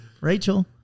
Rachel